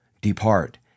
depart